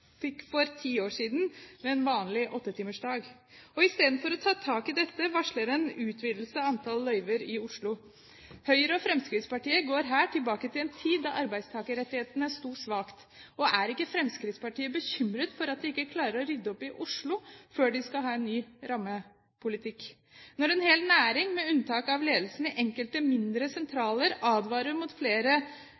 fikk for ti år siden med en vanlig åtte timers dag. Istedenfor å ta tak i dette varsler en utvidelse av antall løyver i Oslo. Høyre og Fremskrittspartiet går her tilbake til en tid da arbeidstakerrettighetene sto svakt. Er ikke Fremskrittspartiet bekymret for at de ikke klarer å rydde opp i Oslo, før de skal ha en ny rammepolitikk? Når en hel næring, med unntak av ledelsen i enkelte mindre